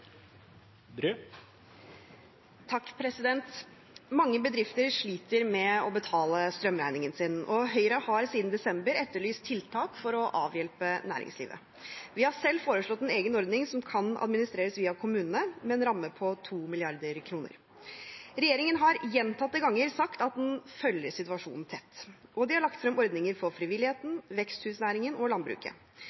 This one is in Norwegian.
Mange bedrifter sliter med å betale strømregningen sin, og Høyre har siden desember etterlyst tiltak for å avhjelpe næringslivet. Vi har selv foreslått en egen ordning som kan administreres via kommunene, med en ramme på 2 mrd. kr. Regjeringen har gjentatte ganger sagt at den følger situasjonen tett, og den har lagt frem ordninger for frivilligheten,